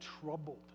troubled